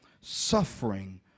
suffering